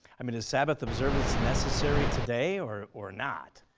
i mean is sabbath observance necessary today or or not?